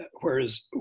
whereas